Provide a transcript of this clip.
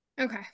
Okay